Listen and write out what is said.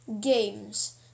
games